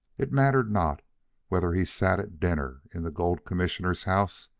it mattered not whether he sat at dinner in the gold commissioner's house,